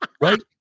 right